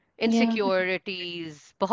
Insecurities